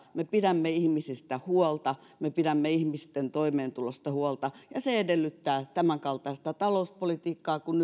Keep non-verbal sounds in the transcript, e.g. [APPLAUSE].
me pidämme ihmisistä huolta me pidämme ihmisten toimeentulosta huolta ja se edellyttää tämänkaltaista talouspolitiikkaa kuin [UNINTELLIGIBLE]